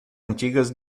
antigas